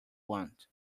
want